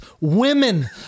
Women